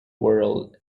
world